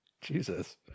Jesus